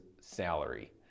salary